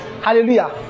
hallelujah